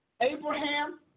Abraham